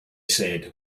said